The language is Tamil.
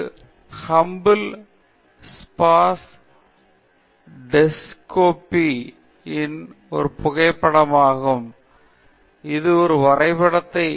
இருவரும் ஹப்பிள் ஸ்பாஸ் டெலெஸ்கோபி இது ஹப்பிள் ஸ்பாஸ் டெலெஸ்கோபி யின் ஒரு புகைப்படமாகும் இது ஒரு வரைபடம்